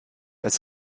als